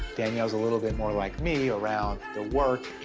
danielle's a little bit more like me around the work